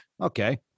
Okay